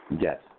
Yes